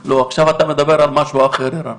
לא, עכשיו אתה מדבר על משהו אחר ערן,